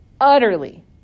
utterly